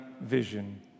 vision